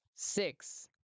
Six